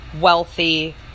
wealthy